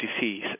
disease